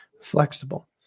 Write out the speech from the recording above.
flexible